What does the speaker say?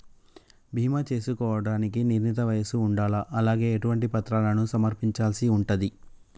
బీమా చేసుకోవడానికి నిర్ణీత వయస్సు ఉండాలా? అలాగే ఎటువంటి పత్రాలను సమర్పించాల్సి ఉంటది?